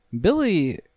Billy